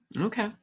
Okay